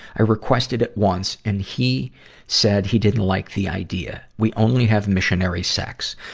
i requested it once, and he said he didn't like the idea. we only have missionary sex.